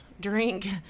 drink